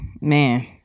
man